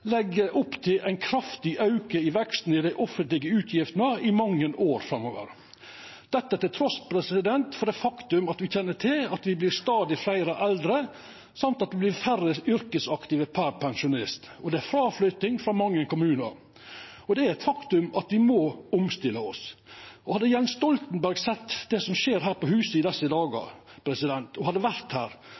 legg opp til ein kraftig auke i veksten i dei offentlege utgiftene i mange år framover, trass i det faktum at me kjenner til at me vert stadig fleire eldre, og at det vert færre yrkesaktive per pensjonist, og det er fråflytting frå mange kommunar. Det er eit faktum at me må omstilla oss. Hadde Jens Stoltenberg vore her på huset og sett det som skjer her i desse dagar,